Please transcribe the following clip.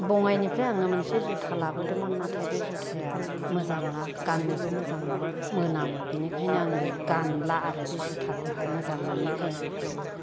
बङाइनिफ्राय आङो मोनसे जुथा लाबोदोंमोन नाथाय बे जुथाया मोजां नङा गान्नोबो मोजां नङा मोनामो बिनिखायनो आङो गानला आरो बे जुथाखौहाय मोजां मोनैखायनो